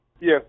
Yes